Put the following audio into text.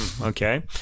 okay